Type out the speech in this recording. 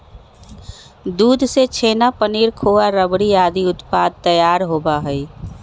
दूध से छेना, पनीर, खोआ, रबड़ी आदि उत्पाद तैयार होबा हई